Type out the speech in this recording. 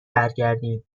برگردین